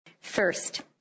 First